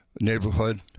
neighborhood